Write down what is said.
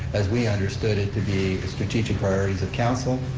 as we understood it to be strategic priorities of council.